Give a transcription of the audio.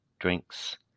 drinks